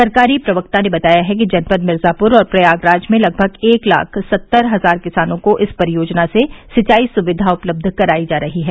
सरकारी प्रवक्ता ने बताया है कि जनपद मिर्जापुर और प्रयागराज में लगभग एक लाख सत्तर हजार किसानों को इस परियोजना से सिंचाई सुविवा उपलब्ध कराई जा रही है